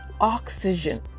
oxygen